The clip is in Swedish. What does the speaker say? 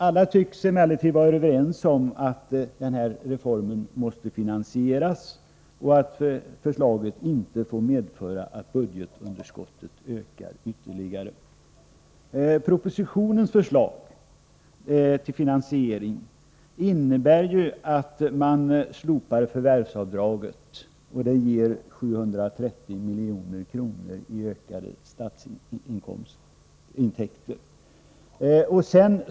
Alla tycks emellertid vara överens om att den här reformen måste finansieras och att förslaget inte får medföra att budgetunderskottet ökar ytterligare. Propositionens förslag till finansiering innebär ju att man slopar förvärvsavdraget, och det ger 730 milj.kr. i ökade intäkter för staten.